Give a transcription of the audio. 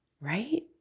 Right